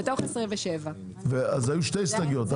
בתוך 27. אז היו שתי הסתייגויות.